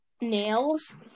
Nails